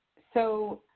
so